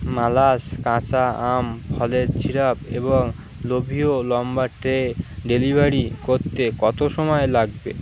মালাস কাঁচা আম ফলের সিরাপ এবং লভিও লম্বা ট্রে ডেলিভারি করতে কত সময় লাগবে